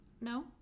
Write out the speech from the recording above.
no